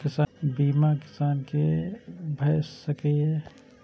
बीमा किसान कै भ सके ये?